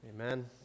Amen